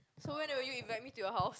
so when you will invite me to your house